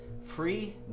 free